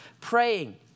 praying